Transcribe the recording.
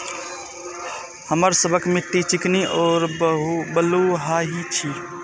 हमर सबक मिट्टी चिकनी और बलुयाही छी?